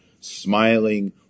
smiling